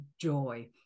joy